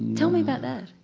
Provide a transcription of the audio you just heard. tell me about that,